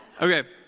Okay